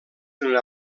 una